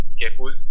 careful